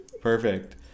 Perfect